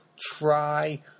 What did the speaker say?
try